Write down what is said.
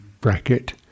bracket